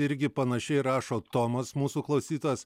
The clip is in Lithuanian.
irgi panašiai rašo tomas mūsų klausytojas